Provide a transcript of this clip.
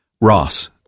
Ross